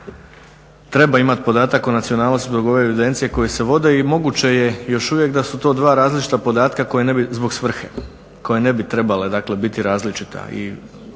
treba imati podatak o nacionalnosti zbog ove evidencije koje se vode. I moguće je još uvijek da su to dva različita podatka koja ne bih zbog svrhe, koje ne bi trebale dakle biti različita.